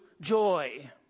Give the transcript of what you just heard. joy